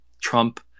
Trump